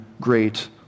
great